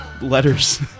letters